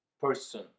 person